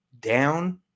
down